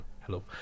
hello